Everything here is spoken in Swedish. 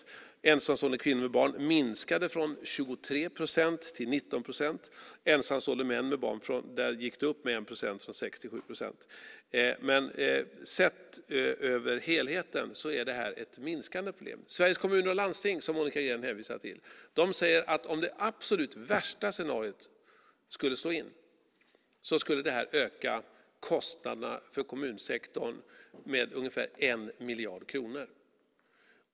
För ensamstående kvinnor med barn minskade behovet från 23 procent till 19 procent. För ensamstående män med barn gick behovet upp med en procentenhet från 6 till 7 procent. Sett över helheten är det här alltså ett minskande problem. Sveriges Kommuner och Landsting, som Monica Green hänvisar till, säger att om det absolut värsta scenariot skulle slå in skulle det öka kostnaderna för kommunsektorn med ungefär 1 miljard kronor.